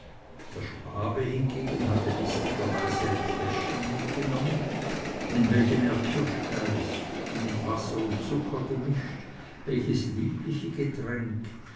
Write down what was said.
der schwabe hingegen hatte listigerweise ein fläschchen mitgenommen in welchem er kirschgeist mit wasser und zucker gemischt welches liebliche getränk